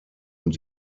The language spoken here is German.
und